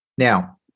Now